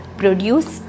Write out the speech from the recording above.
produce